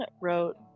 wrote